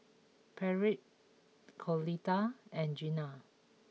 Patric Clotilda and Gina